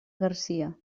garcia